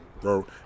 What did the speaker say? bro